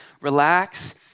relax